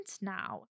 now